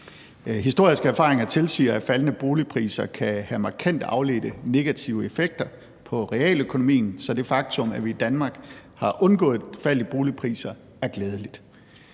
Historiske erfaringer tilsiger, at faldende boligpriser kan have markante afledte negative effekter på realøkonomien, så det faktum, at vi i Danmark har undgået et fald i boligpriser, er glædeligt.